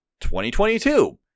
2022